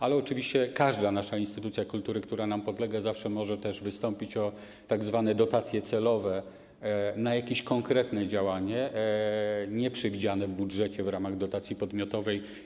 Ale oczywiście każda instytucja kultury, która nam podlega, może zawsze też wystąpić o tzw. dotacje celowe na jakieś konkretne działanie nieprzewidziane w budżecie w ramach dotacji podmiotowej.